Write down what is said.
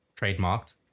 trademarked